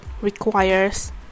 requires